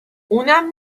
اونم